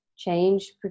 change